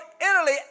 Italy